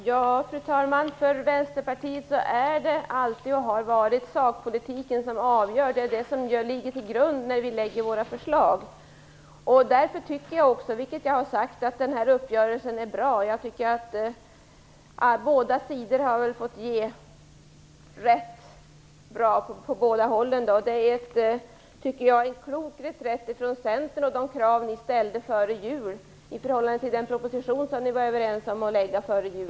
Fru talman! För Vänsterpartiet är det, och har alltid varit, sakpolitiken som avgör. Det är den som ligger till grund för våra förslag. Därför tycker jag också, vilket jag har sagt, att den här uppgörelsen är bra. Båda sidorna har väl fått ge och ta. Jag tycker att det är en klok reträtt av Centern från de krav ni ställde i förhållande till den proposition som ni var överens om att lägga fram före jul.